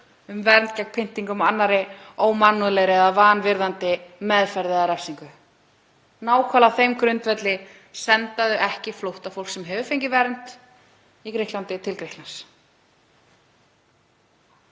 um varnir gegn pyndingum og ómannlegri eða vanvirðandi meðferð eða refsingu. Nákvæmlega á þeim grundvelli senda þau ekki flóttafólk sem fengið hefur vernd í Grikklandi til Grikklands.